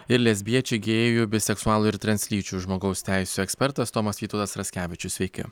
ir lesbiečių gėjų biseksualų ir translyčių žmogaus teisių ekspertas tomas vytautas raskevičius sveiki